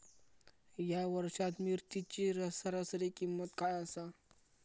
या वर्षात मिरचीची सरासरी किंमत काय आसा?